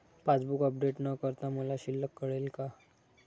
Passbook update न करता मला शिल्लक कळेल का?